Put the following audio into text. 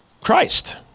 Christ